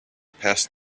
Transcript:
passed